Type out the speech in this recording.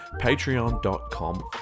patreon.com